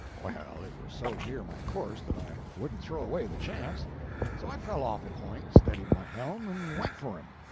well, it was so near my course that i wouldn't throw away the chance so i fell off a point, steadied my helm, and went for him.